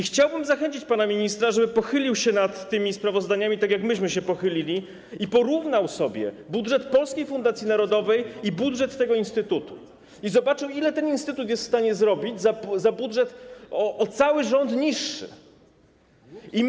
Chciałbym zachęcić pana ministra, żeby pochylił się nad tymi sprawozdaniami, tak jak myśmy się pochylili, porównał sobie budżet Polskiej Fundacji Narodowej i budżet tego instytutu i zobaczył, ile ten instytut jest w stanie zrobić z budżetem o cały rząd niższym.